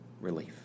relief